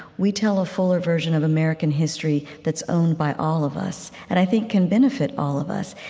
we tell a fuller version of american history that's owned by all of us and, i think, can benefit all of us.